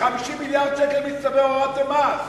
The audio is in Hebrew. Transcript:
ב-50 מיליארד שקל מצטבר הורדתם מס.